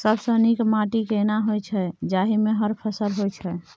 सबसे नीक माटी केना होय छै, जाहि मे हर फसल होय छै?